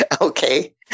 Okay